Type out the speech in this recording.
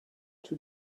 two